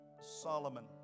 Solomon